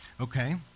Okay